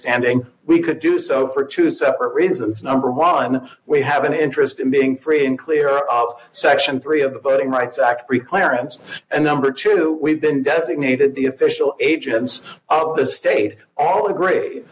standing we could do so for two separate reasons number one we have an interest in being free and clear of section three of the budding rights act requirements and number two we've been designated the official agents of the state all